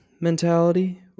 mentality